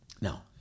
Now